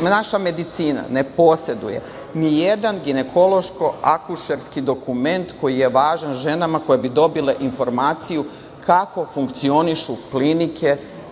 naša medicina ne poseduje nijedan ginekološko-akušerski dokument koji je važan ženama koje bi dobile informaciju kako funkcionišu klinike